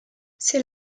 c’est